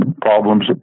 problems